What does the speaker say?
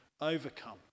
overcome